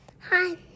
Hi